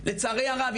לצערי הרב,